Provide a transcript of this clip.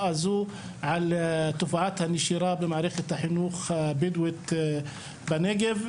הזו על תופעת הנשירה במערכת החינוך הבדווית בנגב.